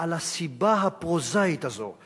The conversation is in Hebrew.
על הסיבה הפרוזאית הזו.